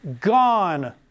gone